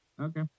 Okay